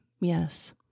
Yes